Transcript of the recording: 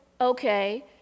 okay